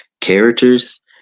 characters